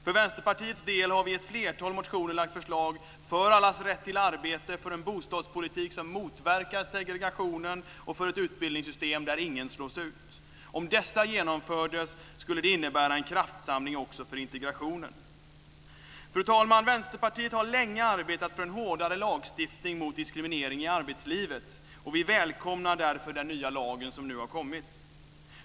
För Vänsterpartiets del har vi i ett flertal motioner lagt fram förslag för allas rätt till arbete, för en bostadspolitik som motverkar segregationen och för ett utbildningssystem där ingen slås ut. Om dessa genomfördes skulle det innebära en kraftsamling också för integrationen. Fru talman! Vänsterpartiet har länge arbetat för en hårdare lagstiftning mot diskriminering i arbetslivet, och vi välkomnar därför den nya lag som nu har kommit.